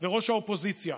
וראש האופוזיציה,